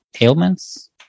ailments